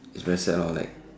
it's very sad lor like